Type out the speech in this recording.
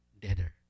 deader